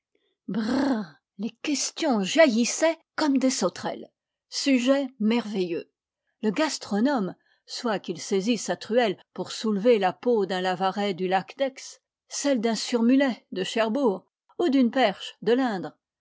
brrr les questions jaillissaient comme des sauterelles î sujet merveilleux le gastronome soit qu'il saisisse sa truelle pour soulever la peau d'un lavaret du lac d'aix celle d'un surmulet de cherbourg ou d'une perche de l'indre